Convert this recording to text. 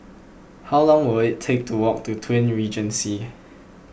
how long will it take to walk to Twin Regency